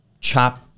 chop